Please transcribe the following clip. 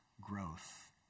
growth